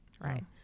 Right